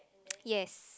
yes